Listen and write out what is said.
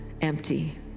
empty